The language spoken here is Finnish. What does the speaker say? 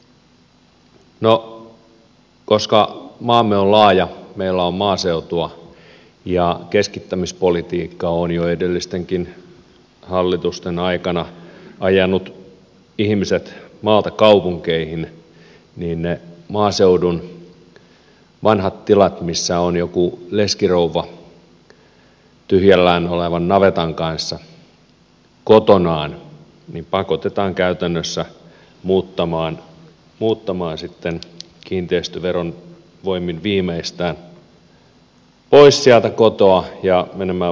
no koska maamme on laaja meillä on maaseutua ja keskittämispolitiikka on jo edellistenkin hallitusten aikana ajanut ihmiset maalta kaupunkeihin niin niiltä maaseudun vanhoilta tiloilta missä on joku leskirouva tyhjillään olevan navetan kanssa kotonaan pakotetaan käytännössä muuttamaan kiinteistöveron voimin viimeistään pois sieltä kotoa ja menemään vanhainkoteihin ynnä muuta